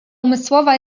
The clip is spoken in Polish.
umysłowa